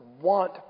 want